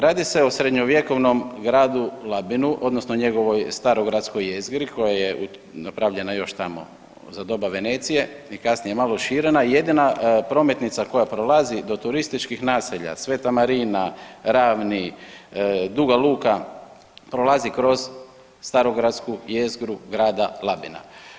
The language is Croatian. Radi se o srednjovjekovnom gradu Labinu odnosno njegovoj starogradskoj jezgri koja je napravljena još tamo za doba Venecije i kasnije malo širena, jedina prometnica koja prolazi do turističkih naselja Sveta Marina, Ravni, Duga Luka, prolazi kroz starogradsku jezgru grada Labina.